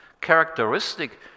characteristic